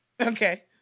okay